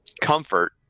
comfort